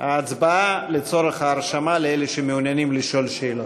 ההצבעה לצורך ההרשמה לאלה שמעוניינים לשאול שאלות.